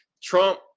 Trump